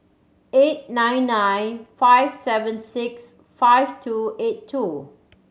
eight nine nine five seven six five two eight two